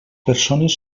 persones